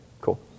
cool